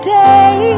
day